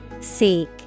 Seek